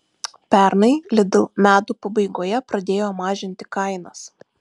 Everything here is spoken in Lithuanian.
pernai lidl metų pabaigoje pradėjo mažinti kainas